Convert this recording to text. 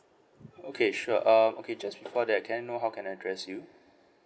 okay sure uh okay just before that can I know how can I address you